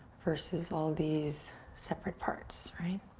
versus all these separate parts. right?